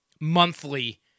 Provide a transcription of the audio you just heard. monthly